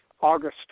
August